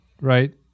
right